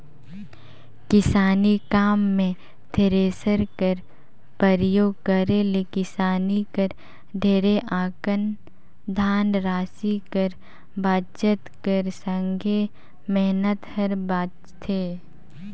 किसानी काम मे थेरेसर कर परियोग करे ले किसान कर ढेरे अकन धन रासि कर बचत कर संघे मेहनत हर बाचथे